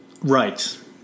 Right